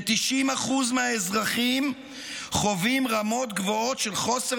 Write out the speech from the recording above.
כ-90% מהאזרחים חווים 'רמות גבוהות של חוסר